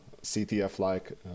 CTF-like